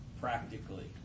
practically